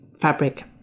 fabric